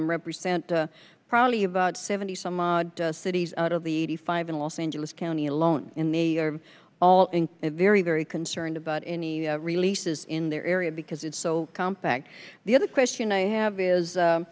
them represent probably about seventy some odd cities out of the eighty five in los angeles county alone in the are all in a very very concerned about any release is in their area because it's so compact the other question i have is